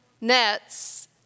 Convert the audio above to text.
nets